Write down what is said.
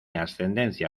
ascendencia